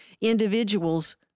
individuals